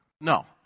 No